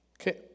Okay